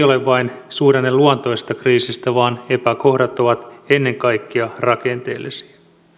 ole vain suhdanneluontoisesta kriisistä vaan epäkohdat ovat ennen kaikkea rakenteellisia